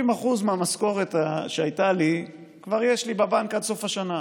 70% מהמשכורת שהייתה לי כבר יש לי בבנק עד סוף השנה,